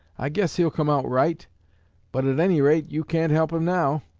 i guess he'll come out right but at any rate you can't help him now.